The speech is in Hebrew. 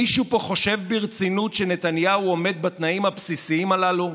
מישהו פה חושב ברצינות שנתניהו עומד בתנאים הבסיסיים הללו?